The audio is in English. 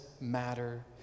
matter